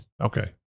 Okay